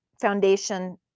foundation